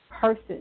person